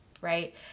right